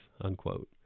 unquote